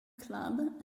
club